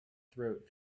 throat